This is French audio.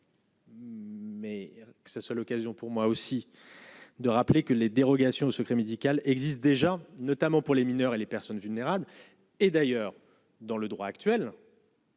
Mais que ça soit l'occasion pour moi aussi. Et de rappeler que les dérogations au secret médical existe déjà, notamment pour les mineurs et les personnes vulnérables et d'ailleurs, dans le droit actuel.